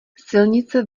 silnice